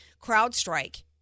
CrowdStrike